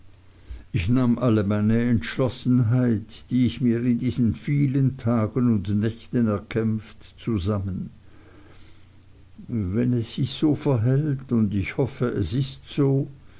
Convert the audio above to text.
ich nahm alle meine entschlossenheit die ich mir in diesen vielen tagen und nächten erkämpft zusammen wenn es sich so verhält und ich hoffe es ist so